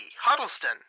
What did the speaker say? Huddleston